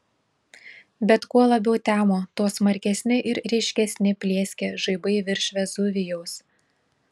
bet kuo labiau temo tuo smarkesni ir ryškesni plieskė žaibai virš vezuvijaus